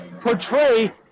portray